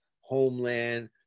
homeland